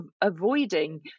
avoiding